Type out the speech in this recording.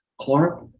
Clark